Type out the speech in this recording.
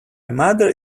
mother